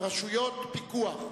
רשויות פיקוח.